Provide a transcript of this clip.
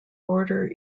order